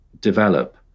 develop